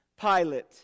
Pilate